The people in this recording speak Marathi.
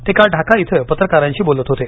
ते काल ढाका इथं पत्रकारांशी बोलत होते